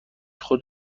خود